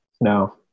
no